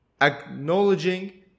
acknowledging